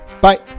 Bye